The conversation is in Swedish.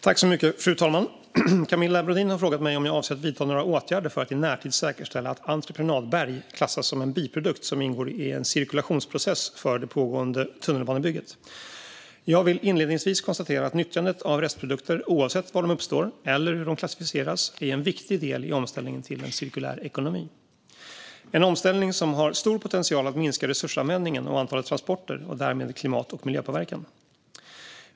Fru talman! Camilla Brodin har frågat mig om jag avser att vidta några åtgärder för att i närtid säkerställa att entreprenadberg klassas som en biprodukt som ingår i en cirkulationsprocess för det pågående tunnelbanebygget. Jag vill inledningsvis konstatera att nyttjandet av restprodukter, oavsett var de uppstår eller hur de klassificeras, är en viktig del i omställningen till en cirkulär ekonomi. Det är en omställning som har stor potential att minska resursanvändningen och antalet transporter och därmed klimat och miljöpåverkan.